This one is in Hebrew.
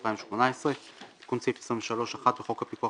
אנחנו מתחילים בדיון על הצעת חוק הפיקוח